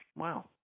Wow